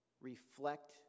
reflect